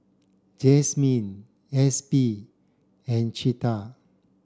Epsie and Cleda